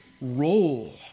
roll